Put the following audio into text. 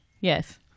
Yes